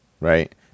right